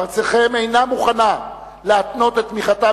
ארצכם אינה מוכנה להתנות את תמיכתה